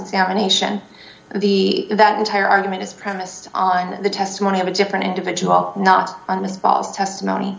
examination of the that entire argument is premised on the testimony of a different individual not on this boss testimony